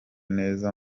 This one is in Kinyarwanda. neza